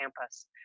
campus